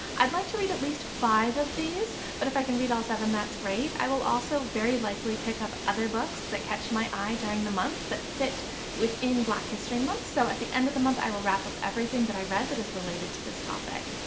i'd like to read at least five of these, but if i can read all seven that's great. i will also very likely pick up other books that catch my eye during the month that fit within black history month, so at the end of the month i will wrap up everything that i read that is related to this topic.